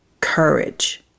courage